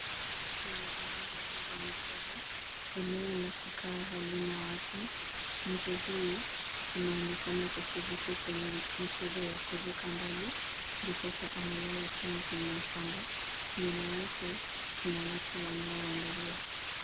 Kwenye uwanja huu wa michezo, eneo la kukaa halina watu. Mtu huyu anaonekana kushiriki kwenye michezo ya kuruka mbali, ndiposa amelala chini kwenye mchanga. Nyuma yake kuna watu wanao waangalia.